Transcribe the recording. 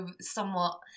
somewhat